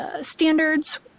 standards